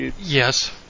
Yes